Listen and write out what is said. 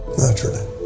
Naturally